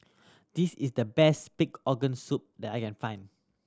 this is the best pig organ soup that I can find